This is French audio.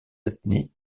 ethnies